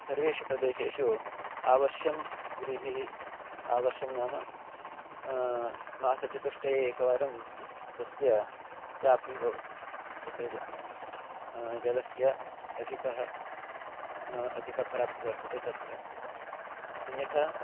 सर्वेषु प्रदेशेषु आवर्षं व्रीहिः आवर्षं नाम मासचतुष्टये एकवारं तस्य तस्य प्राप्तिः भवति यत्र जलं जलस्य अधिका अधिकप्राप्तिः वर्तते तत्र अन्यथा